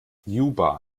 juba